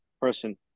person